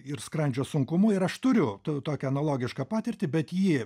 ir skrandžio sunkumu ir aš turiu to tokią analogišką patirtį bet ji